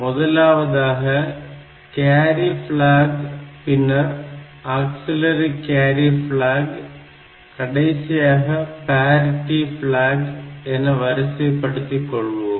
முதலாவதாக கியாரி ப்ளாக் பின்னர் ஆக்சில்லரி கேரி ப்ளாக் கடைசியாக பேரிட்டி ப்ளாக் என வரிசைப்படுத்திக் கொள்வோம்